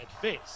face